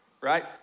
right